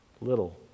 little